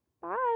Bye